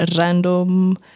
random